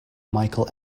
michael